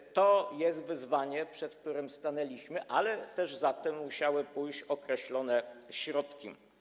I to jest wyzwanie, przed którym stanęliśmy, ale też za tym musiały pójść określone środki.